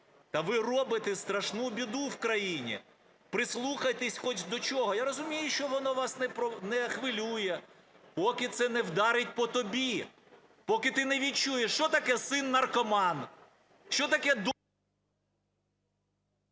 Та ви робите страшну біду в країні! Прислухайтесь хоч до чого! Я розумію, що воно вас не хвилює, поки це не вдарить по тобі, поки ти не відчуєш, що таке син наркоман, що таке…